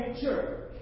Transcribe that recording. church